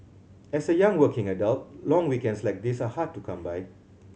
as a young working adult long weekends like these are hard to come by